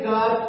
God